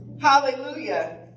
Hallelujah